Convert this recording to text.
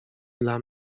dla